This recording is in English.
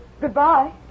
Goodbye